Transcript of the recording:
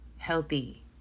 healthy